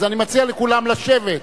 אז אני מציע לכולם לשבת.